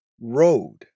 road